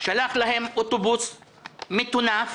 שלח להם אוטובוס מטונף